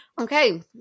Okay